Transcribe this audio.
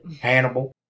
Hannibal